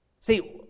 See